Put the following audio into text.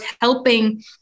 helping